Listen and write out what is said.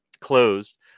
closed